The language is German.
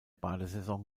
badesaison